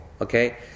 Okay